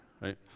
right